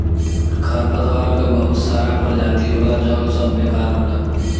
खरपतवार क बहुत सारा परजाती होला जौन सब बेकार होला